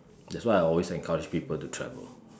that's why I always encourage people to travel